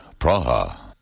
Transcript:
Praha